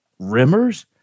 Rimmers